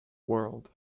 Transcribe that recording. world